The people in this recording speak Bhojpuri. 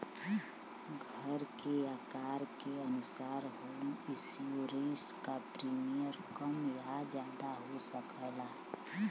घर के आकार के अनुसार होम इंश्योरेंस क प्रीमियम कम या जादा हो सकला